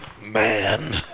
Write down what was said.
Man